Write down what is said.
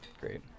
great